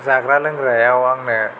जाग्रा लोंग्रायाव आंनो